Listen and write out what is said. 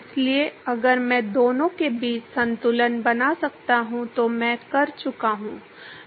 इसलिए अगर मैं दोनों के बीच संतुलन बना सकता हूं तो मैं कर चुका हूं